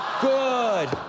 Good